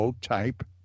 type